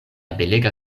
belega